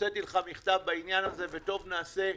הוצאתי לך מכתב בעניין הזה, וטוב נעשה,